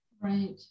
Right